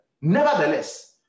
Nevertheless